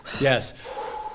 Yes